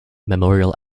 memorial